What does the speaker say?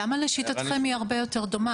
למה לשיטתכם היא הרבה יורת דומה?